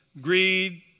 Greed